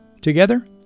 together